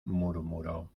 murmuró